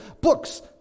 books